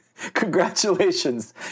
Congratulations